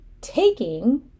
taking